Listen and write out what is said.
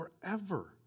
forever